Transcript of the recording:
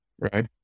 right